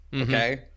okay